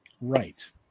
Right